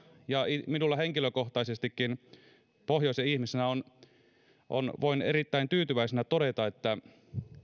ja minä henkilökohtaisestikin pohjoisen ihmisenä voimme erittäin tyytyväisenä todeta että